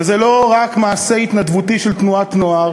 וזה לא רק מעשה התנדבותי של תנועת נוער